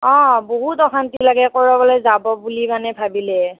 অঁ বহুত অশান্তি লাগে ক'ৰবালৈ যাব বুলি মানে ভাবিলে